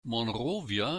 monrovia